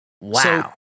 Wow